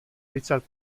richard